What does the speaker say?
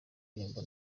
indirimbo